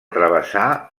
travessà